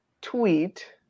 tweet